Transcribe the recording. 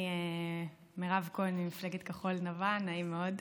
אני מירב כהן ממפלגת כחול לבן, נעים מאוד.